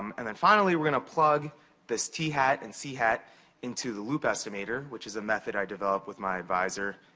um and then finally, we're gonna plug this t hat and c hat into the loop estimator, which is a method i developed with my advisor,